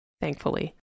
thankfully